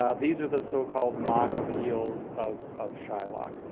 ah these are the so-called mock appeals of of shylock.